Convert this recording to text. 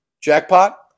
Jackpot